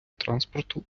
транспорту